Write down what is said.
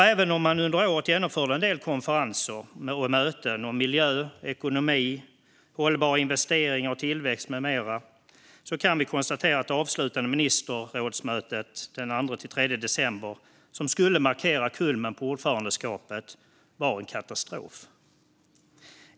Även om man under året genomförde en del konferenser och möten om miljö och ekonomi, hållbara investeringar, tillväxt med mera kan vi nämligen konstatera att det avslutande ministerrådsmötet den 2-3 december, som skulle markera kulmen på ordförandeåret, var en katastrof.